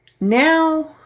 now